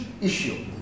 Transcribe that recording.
issue